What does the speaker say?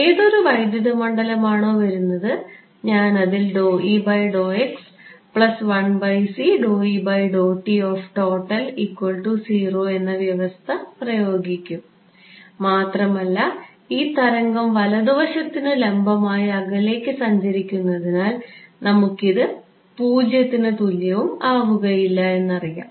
ഏതൊരു വൈദ്യുത മണ്ഡലം ആണോ വരുന്നത് ഞാൻ അതിൽ എന്നാ വ്യവസ്ഥപ്രയോഗിക്കും മാത്രമല്ല ഈ തരംഗം വലതുവശത്തിന് ലംബമായി അകലേക്ക് സഞ്ചരിക്കുന്നതിനാൽ നമുക്കിത് പൂജ്യത്തിനു തുല്യം ആവുകയില്ല എന്നറിയാം